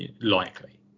likely